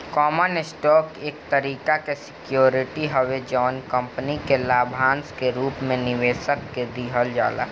common stock एक तरीका के सिक्योरिटी हवे जवन कंपनी के लाभांश के रूप में निवेशक के दिहल जाला